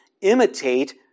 imitate